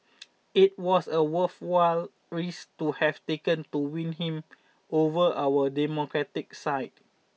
it was a worthwhile risk to have taken to win him over our democratic side